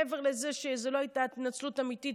מעבר לזה שזו לא הייתה התנצלות אמיתית,